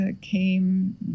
came